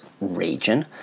region